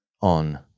on